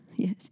Yes